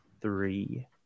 three